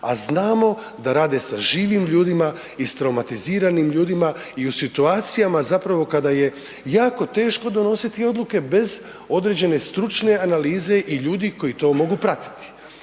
a znamo da rade sa živim ljudima, istraumatiziranim ljudima i u situacijama zapravo kada je jako teško donositi odluke bez određene stručne analize i ljudi koji to mogu pratiti.